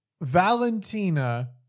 Valentina